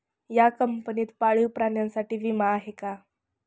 या कंपनीत पाळीव प्राण्यांसाठी विमा आहे का?